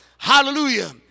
Hallelujah